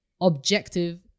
objective